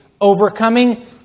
overcoming